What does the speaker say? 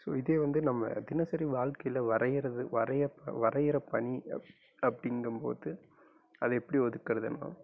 so இதே வந்து நம்ம தினசரி வாழ்க்கையில் வரைகிறது வரைய வரைகிற பணி அப் அப்படிங்கும்போது அதை எப்படி ஒதுக்கறதுனால்